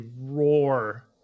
roar